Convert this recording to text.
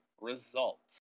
results